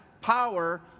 power